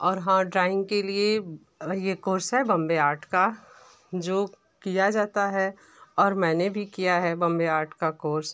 और हाँ ड्राइंग के लिए ये कोर्स है बॉम्बे आर्ट का जो किया जाता है और मैंने भी किया है बॉम्बे आर्ट का कोर्स